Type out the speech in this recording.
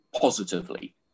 positively